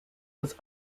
was